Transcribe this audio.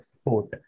sport